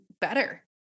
better